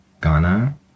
Ghana